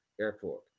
airport